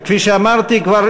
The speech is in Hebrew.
וכפי שאמרתי כבר,